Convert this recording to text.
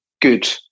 good